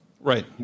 Right